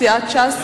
סיעת ש"ס,